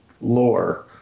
lore